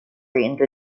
into